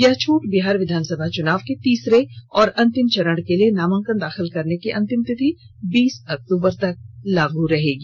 यह छूट बिहार विधानसभा चुनाव के तीसरे और अंतिम चरण के लिए नामांकन दाखिल कराने की अंतिम तिथि बीस अक्तूंबर तक लागू रहेगी